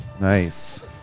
Nice